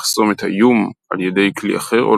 לחסום את האיום על ידי כלי אחר או